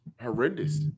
horrendous